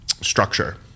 structure